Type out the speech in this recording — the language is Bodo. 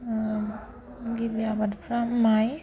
गिबि आबादफ्रा माय